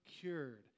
cured